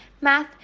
math